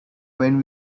when